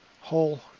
whole